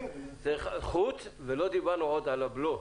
ועוד לא דיברנו על הבלו,